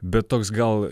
bet toks gal